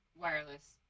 wireless